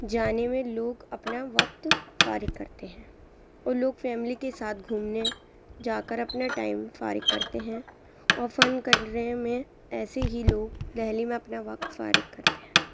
جانے میں لوگ اپنا وقت فارغ کرتے ہیں اور لوگ فیملی کے ساتھ گھومنے جا کر اپنا ٹائم فارغ کرتے ہیں اور فن کرنے میں ایسے ہی لوگ دہلی میں اپنا وقت فارغ کرتے ہیں